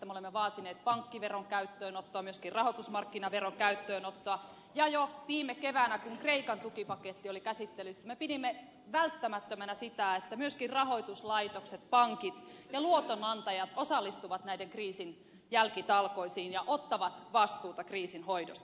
me olemme vaatineet pankkiveron käyttöönottoa myöskin rahoitusmarkkinaveron käyttöönottoa ja jo viime keväänä kun kreikan tukipaketti oli käsittelyssä me pidimme välttämättömänä sitä että myöskin rahoituslaitokset pankit ja luotonantajat osallistuvat kriisin jälkitalkoisiin ja ottavat vastuuta kriisin hoidosta